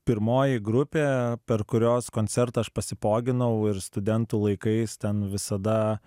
pirmoji grupė per kurios koncertą aš pasipoginau ir studentų laikais ten visada